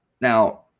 now